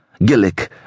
Gillick